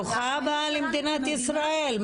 ברוכה הבאה למדינת ישראל,